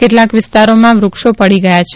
કેટલાંક વિસ્તારોમાં વૃક્ષો પડી ગયા છે